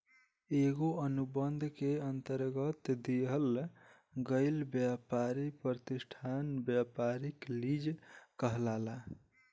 एगो अनुबंध के अंतरगत दिहल गईल ब्यपारी प्रतिष्ठान ब्यपारिक लीज कहलाला